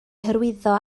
hyrwyddo